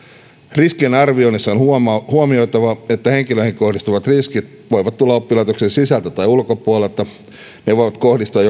riskien arvioinnissa on huomioitava että henkilöihin kohdistuvat riskit voivat tulla oppilaitoksen sisältä tai ulkopuolelta ne voivat kohdistua